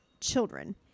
children